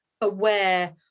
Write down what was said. aware